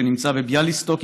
שנמצא בביאליסטוק,